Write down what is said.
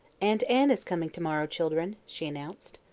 aunt anne is coming to-morrow, children, she announced.